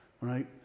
right